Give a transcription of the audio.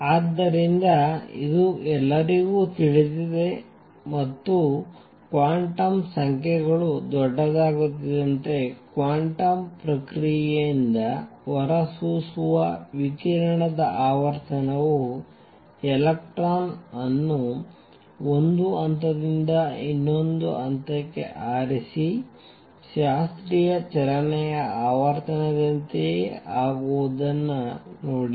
ಆದ್ದರಿಂದ ಇದು ಎಲ್ಲರಿಗೂ ತಿಳಿದಿದೆ ಮತ್ತು ಕ್ವಾಂಟಮ್ ಸಂಖ್ಯೆಗಳು ದೊಡ್ಡದಾಗುತ್ತಿದ್ದಂತೆ ಕ್ವಾಂಟಮ್ ಪ್ರಕ್ರಿಯೆಯಿಂದ ಹೊರಸೂಸುವ ವಿಕಿರಣದ ಆವರ್ತನವು ಎಲೆಕ್ಟ್ರಾನ್ ಅನ್ನು ಒಂದು ಹಂತದಿಂದ ಇನ್ನೊಂದಕ್ಕೆ ಹಾರಿಸಿ ಶಾಸ್ತ್ರೀಯ ಚಲನೆಯ ಆವರ್ತನದಂತೆಯೇ ಆಗುವುದನ್ನು ನೋಡಿ